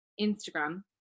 instagram